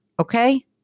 Okay